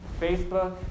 Facebook